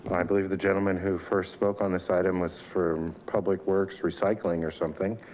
i believe the gentleman who first spoke on this item was for public works recycling or something.